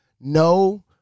no